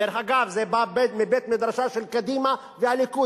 דרך אגב, זה בא מבית-מדרשן של קדימה והליכוד.